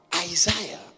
Isaiah